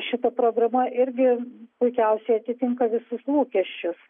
šita programa irgi puikiausiai atitinka visus lūkesčius